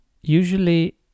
usually